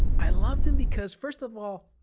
i loved him because, first of all,